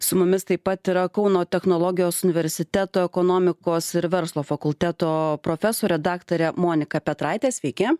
su mumis taip pat yra kauno technologijos universiteto ekonomikos ir verslo fakulteto profesorė daktarė monika petraitė sveiki